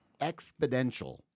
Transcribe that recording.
exponential